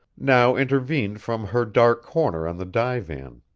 now intervened from her dark corner on the divan.